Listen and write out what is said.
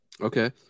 Okay